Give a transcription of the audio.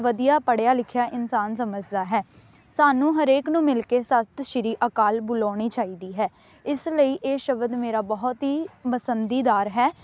ਵਧੀਆ ਪੜ੍ਹਿਆ ਲਿਖਿਆ ਇਨਸਾਨ ਸਮਝਦਾ ਹੈ ਸਾਨੂੰ ਹਰੇਕ ਨੂੰ ਮਿਲ ਕੇ ਸਤਿ ਸ਼੍ਰੀ ਅਕਾਲ ਬੁਲਾਉਣੀ ਚਾਹੀਦੀ ਹੈ ਇਸ ਲਈ ਇਹ ਸ਼ਬਦ ਮੇਰਾ ਬਹੁਤ ਹੀ ਪਸੰਦੀਦਾਰ ਹੈ